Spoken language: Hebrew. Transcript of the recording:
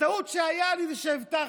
הטעות שהייתה לי זה שהבטחתי.